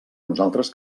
nosaltres